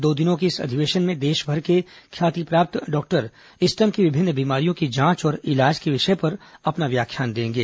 दो दिनों के इस अधिवेशन में देशभर के ख्यातिप्राप्त डॉक्टर स्तन की विभिन्न बीमारियों की जांच और इलाज के विषय पर अपना व्याख्यान देंगे